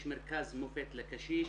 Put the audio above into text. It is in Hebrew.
יש מרכז מופת לקשישים,